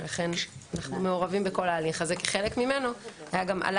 ולכן אנחנו מעורבים בכל ההליך הזה כי בחלק ממנו גם עלה